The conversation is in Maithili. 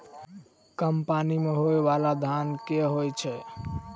कम पानि मे होइ बाला धान केँ होइ छैय?